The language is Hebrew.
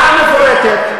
מפורטת,